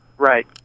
Right